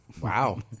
Wow